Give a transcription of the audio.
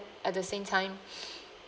at the same time